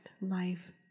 life